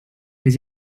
des